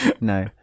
no